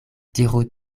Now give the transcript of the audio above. diru